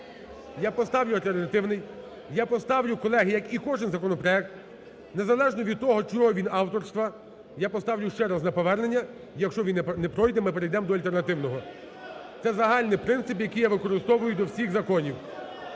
Я поставлю альтернативний, я поставлю, колеги, як і кожен законопроект, незалежно від того, чийого він авторства. Я поставлю ще раз на повернення. Якщо він не пройде, ми перейдем до альтернативного. Це загальний принцип, який я використовую до всіх законів.